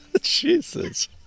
Jesus